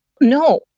No